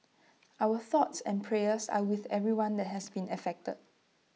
our thoughts and prayers are with everyone that has been affected